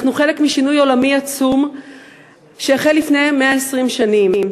אנחנו חלק משינוי עולמי עצום שהחל לפני 120 שנים.